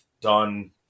done